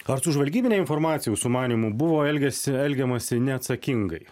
ar su žvalgybine informacija jūsų manymų buvo elgėsi elgiamasi neatsakingai